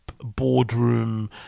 boardroom